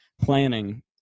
planning